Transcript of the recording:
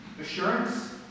Assurance